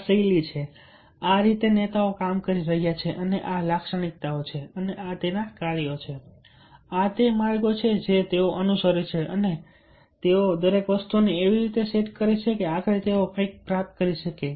આ શૈલી છે આ રીતે નેતાઓ કામ કરી રહ્યા છે અને આ લાક્ષણિકતાઓ છે આ કાર્યો છે આ તે માર્ગો છે જે તેઓ અનુસરે છે અને તેઓ દરેક વસ્તુને એવી રીતે સેટ કરે છે કે આખરે તેઓ કંઈક પ્રાપ્ત કરી શકે છે